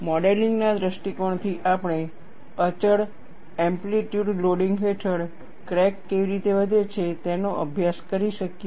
મોડેલિંગના દૃષ્ટિકોણથી આપણે અચળ એમ્પલિટયૂડ લોડિંગ હેઠળ ક્રેક કેવી રીતે વધે છે તેનો અભ્યાસ કરી શકીએ